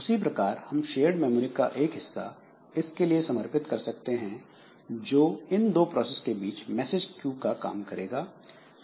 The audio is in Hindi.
उसी प्रकार हम शेयर्ड मेमोरी का एक हिस्सा इसके लिए समर्पित कर सकते हैं जो इन दो प्रोसेस के बीच मैसेज Q का काम करेगा